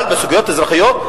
אבל בסוגיות אזרחיות,